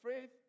faith